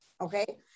okay